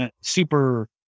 super